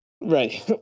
Right